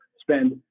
spend